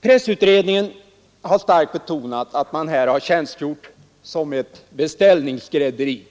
Pressutredningen har starkt betonat att man här har tjänstgjort som ett beställningsskrädderi